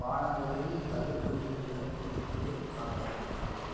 பானங்களில் தள்ளுபடி உள்ள பொருட்களை காட்டவும்